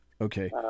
Okay